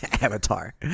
Avatar